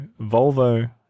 Volvo